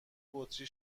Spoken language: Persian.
بطری